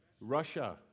Russia